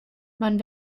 man